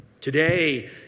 today